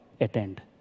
attend